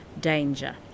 danger